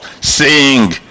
Sing